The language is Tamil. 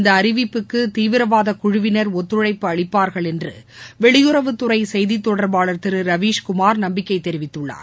இந்த அறிவிப்புக்கு தீவிரவாதக் குழுவினர் ஒத்துழைப்பு அளிப்பார்கள் என்று அந்நாட்டு அரசின் வெளியுறவுத்துறை செய்தி தொடர்பாளர் திரு ரவீஷ்குமார் நம்பிக்கை தெரிவித்துள்ளார்